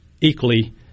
equally